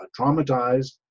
traumatized